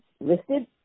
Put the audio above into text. listed